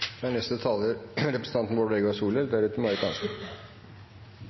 Da er neste taler